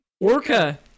Orca